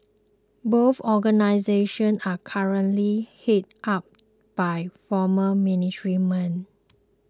both organisations are currently headed up by former military men